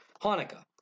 Hanukkah